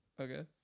Okay